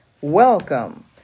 Welcome